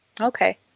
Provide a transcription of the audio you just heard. Okay